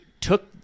took